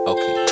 Okay